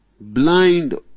blind